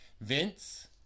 Vince